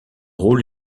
rôle